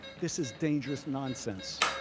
this is dangerous nonsense